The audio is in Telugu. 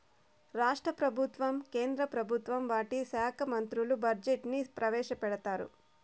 రాష్ట్ర ప్రభుత్వం కేంద్ర ప్రభుత్వం వాటి శాఖా మంత్రులు బడ్జెట్ ని ప్రవేశపెడతారు